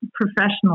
professional